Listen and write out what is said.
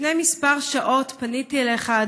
לפני כמה שעות פניתי אליך,